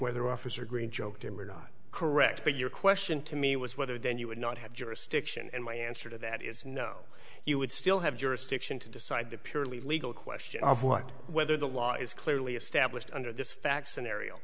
whether officer greene joked him or not correct but your question to me was whether then you would not have jurisdiction and my answer to that is no you would still have jurisdiction to decide the purely legal question of what whether the law is clearly established under this fact scenario